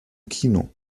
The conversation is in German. kino